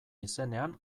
izenean